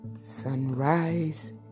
Sunrise